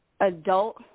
adult